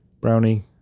Brownie